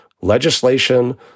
legislation